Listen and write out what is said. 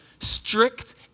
strict